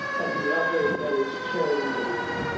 and the other that is charity based.